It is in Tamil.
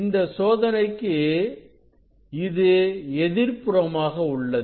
இந்த சோதனைக்கு இது எதிர்ப்புறமாக உள்ளது